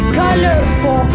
colorful